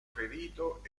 ferito